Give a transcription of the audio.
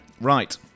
right